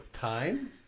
time